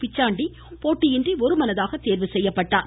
பிச்சாண்டி போட்டியின்றி ஒருமனதாக தேர்வு செய்யப்பட்டார்